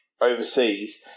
overseas